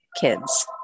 kids